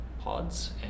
pods